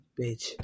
bitch